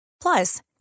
Plus